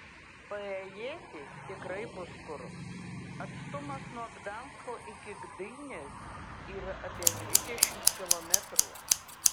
paėjėti tikrai bus kur atstumas nuo gdansko iki gdynės yra apie dvidešimt kilometrų